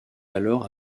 alors